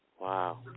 Wow